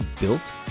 built